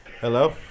Hello